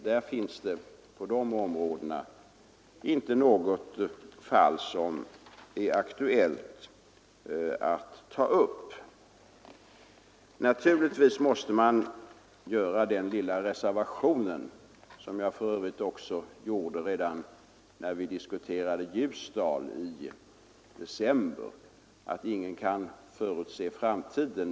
På dessa områden har jag således inte något fall som är aktuellt att ta upp. Naturligtvis måste jag göra den lilla reservationen — det gjorde jag för övrigt redan i december när vi diskuterade Ljusdal — att ingen kan förutse framtiden.